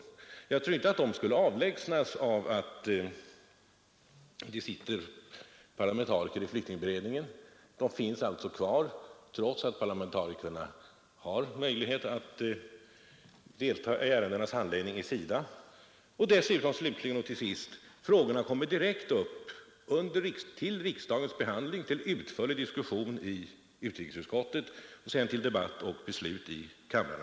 Men jag tror inte att dessa skulle avlägsnas genom parlamentarikerrepresentation i flyktingberedningen. De finns alltså kvar trots att parlamentarikerna har möjlighet att delta i ärendenas handläggning i SIDA. Dessutom kommer frågorna direkt upp till behandling i riksdagen, till utförlig diskussion i utrikesutskottet och därefter till debatt och beslut i kammaren.